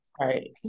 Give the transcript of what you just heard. right